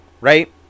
right